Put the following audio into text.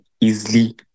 easily